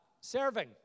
serving